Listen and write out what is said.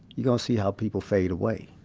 you're gonna see how people fade away